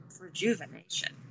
rejuvenation